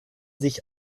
sich